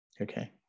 Okay